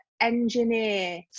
engineer